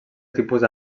tipus